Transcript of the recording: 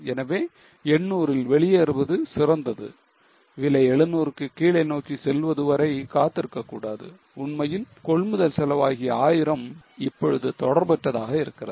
எனவே 800 ல் வெளியேறுவது சிறந்தது விலை 700 க்கு கீழ் நோக்கி செல்வதுவரை காத்திருக்க கூடாது உண்மையில் கொள்முதல் செலவு ஆகிய 1000 இப்பொழுது தொடர்பற்றதாக இருக்கிறது